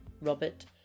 Robert